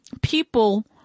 people